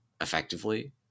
effectively